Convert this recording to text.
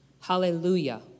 Hallelujah